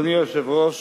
אדוני היושב-ראש,